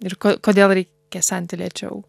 ir kodėl reikia senti lėčiau